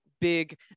big